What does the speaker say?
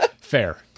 Fair